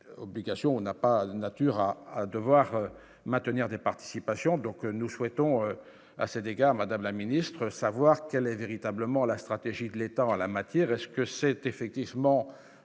n'a pas de nature à devoir maintenir des participations, donc nous souhaitons à cet égard, Madame la Ministre, savoir quelle est véritablement la stratégie de l'État en la matière est-ce que c'est effectivement